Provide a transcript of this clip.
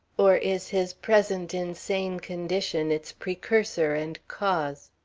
or is his present insane condition its precursor and cause?